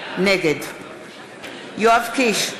נגד יואב קיש,